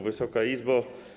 Wysoka Izbo!